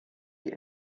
die